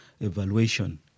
evaluation